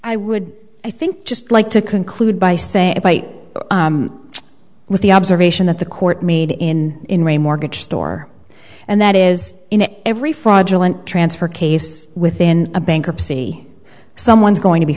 i would i think just like to conclude by saying bite with the observation that the court made in a mortgage store and that is in every fraudulent transfer case within a bankruptcy someone is going to be